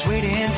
Waiting